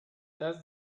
that